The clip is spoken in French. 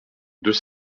deux